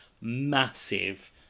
massive